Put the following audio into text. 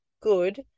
good